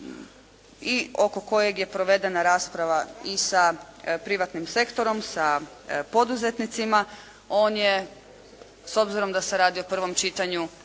i oko kojeg je provedena rasprava i sa privatnim sektorom, sa poduzetnicima. On je s obzirom da se radi o prvom čitanju